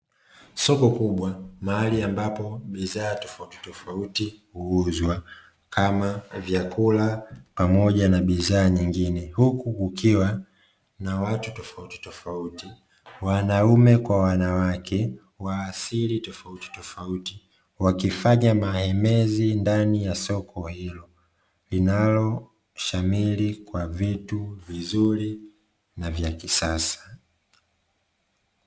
Soko kubwa mahali ambapo bidhaa tofauti tofauti huuzwa kama vyakula pamoja na bidhaa nyingine. Huku kukiwa na watu tofauti tofauti wanaume kwa wanawake wa asili tofauti tofauti wakifanya maemezi ndani ya soko hilo, linaloshamiri kwa vitu vizuri na vya kisasa.